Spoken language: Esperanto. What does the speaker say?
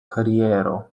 kariero